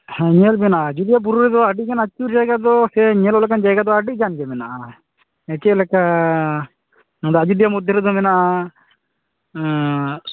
ᱦᱮᱸ ᱧᱮᱞ ᱵᱮᱱ ᱟᱡᱚᱫᱤᱭᱟᱹ ᱵᱩᱨᱩ ᱨᱮᱫᱚ ᱟᱹᱰᱤ ᱜᱟᱱ ᱟᱹᱪᱩᱨ ᱡᱟᱭᱜᱟ ᱫᱚ ᱥᱮ ᱧᱮᱞ ᱞᱮᱠᱟᱱ ᱡᱟᱭᱜᱟ ᱫᱚ ᱟᱹᱰᱤ ᱜᱟᱱ ᱜᱮ ᱢᱮᱱᱟᱜᱼᱟ ᱪᱮᱫ ᱞᱮᱠᱟ ᱱᱚᱸᱰᱮ ᱟᱡᱚᱫᱤᱭᱟᱹ ᱢᱚᱫᱽᱫᱷᱮ ᱨᱮᱫᱚ ᱢᱮᱱᱟᱜᱼᱟ